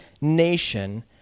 nation